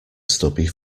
stubby